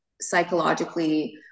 psychologically